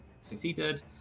succeeded